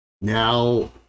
now